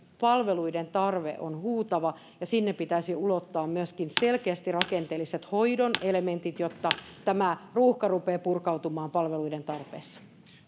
palveluiden tarve on huutava ja sinne pitäisi ulottaa myöskin selkeästi rakenteelliset hoidon elementit jotta tämä ruuhka rupeaa purkautumaan palveluiden tarpeessa